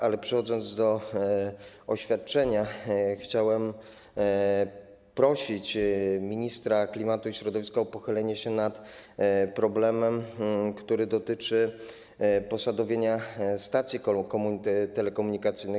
Ale przechodząc do oświadczenia, chciałem prosić ministra klimatu i środowiska o pochylenie się nad problemem, który dotyczy posadowienia stacji telekomunikacyjnych.